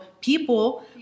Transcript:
people